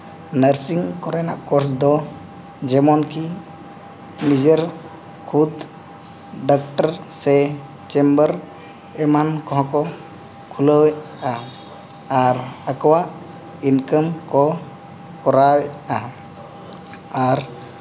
nursing ᱠᱚᱨᱮᱱᱟᱜ course ᱫᱚ ᱡᱮᱢᱚᱱᱠᱤ ᱱᱤᱡᱮᱨ ᱠᱷᱩᱫ ᱰᱟᱠᱴᱟᱨ ᱥᱮ ᱪᱮᱢᱵᱟᱨ ᱮᱢᱟᱱ ᱠᱚᱦᱚᱸ ᱠᱚ ᱠᱷᱩᱞᱟᱹᱣᱮᱫᱼᱟ ᱟᱨ ᱟᱠᱚᱣᱟᱜ ᱤᱱᱠᱟᱹᱢ ᱠᱚ ᱠᱚᱨᱟᱣᱮᱫᱼᱟ ᱟᱨ